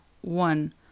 one